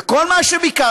וכל מה שביקשנו,